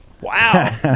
Wow